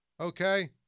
Okay